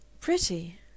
Pretty